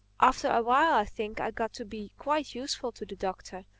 after a while i think i got to be quite useful to the doctor,